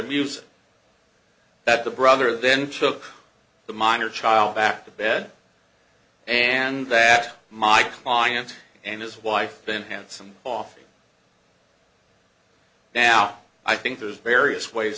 amusing that the brother then took the minor child back to bed and that my client and his wife been handsome often now i think there's various ways